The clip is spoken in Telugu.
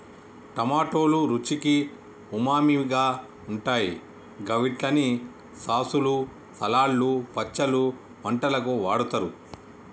టమాటోలు రుచికి ఉమామిగా ఉంటాయి గవిట్లని సాసులు, సలాడ్లు, పచ్చళ్లు, వంటలకు వాడుతరు